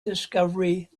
discovery